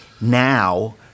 now